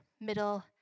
middle